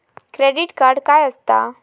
Credit card काय असता?